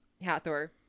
Hathor